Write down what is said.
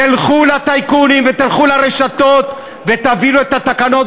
תלכו לטייקונים ותלכו לרשתות ותעבירו את התקנות